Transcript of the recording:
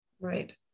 Right